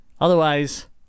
Otherwise